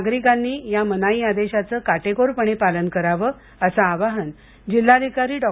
नागरिकांनी या मनाई आदेशाचं काटेकोरपणे पालन करावं असं आवाहन जिल्हाधिकारी डॉ